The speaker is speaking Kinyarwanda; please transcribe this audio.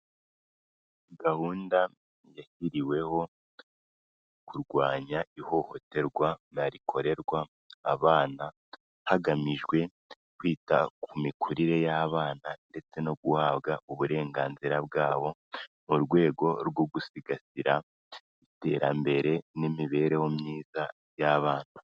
Gahunda yashyiriweho kurwanya ihohoterwa rikorerwa abana, hagamijwe kwita ku mikurire y'abana ndetse no guhabwa uburenganzira bwabo mu rwego rwo gusigasira iterambere n'imibereho myiza y'abana.